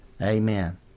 Amen